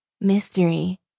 Mystery